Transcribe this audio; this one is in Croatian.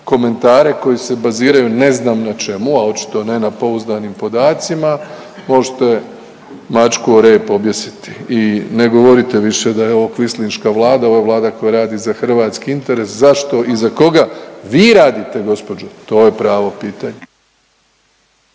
komentare koji se baziraju ne znam na čemu, a očito ne na pouzdanim podacima, možete mačku o rep objesiti i ne govorite više da je ovo kvislinška Vlada, ovo je Vlada koja radi za hrvatski interes. Zašto i za koga vi radite gospođo to je pravo pitanje.